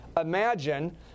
imagine